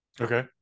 Okay